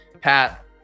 pat